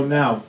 now